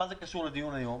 מה זה קשור לדיון היום?